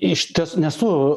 iš tiesų nesu